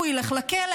הוא ילך לכלא.